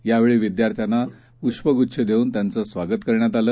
यावेळीविद्यार्थ्यांनापुष्पगुच्छदेऊनत्यांचंस्वागतकरण्यातआलं